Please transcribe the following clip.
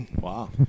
Wow